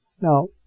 Now